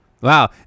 Wow